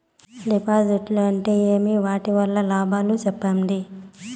డిపాజిట్లు అంటే ఏమి? వాటి వల్ల లాభాలు సెప్పండి?